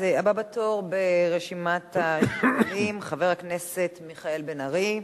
הבא בתור ברשימת השואלים, חבר הכנסת מיכאל בן-ארי.